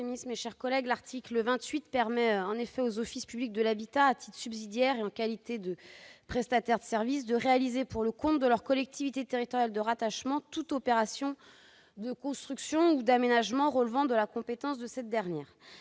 l'amendement n° 174 rectifié. L'article 28 permet aux offices publics de l'habitat- OPH -, à titre subsidiaire, et en qualité de prestataires de services, de réaliser pour le compte de leur collectivité territoriale de rattachement toute opération de construction ou d'aménagement relevant de la compétence de cette dernière.